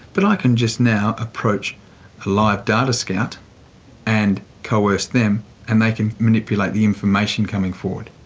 but i can just now approach a live data scout and coerce them and they can manipulate the information coming forward.